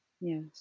Yes